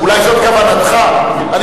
שהתקציב הזה יהיה גם ב-2013 2014 ו-2015.